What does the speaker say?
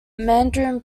mandarin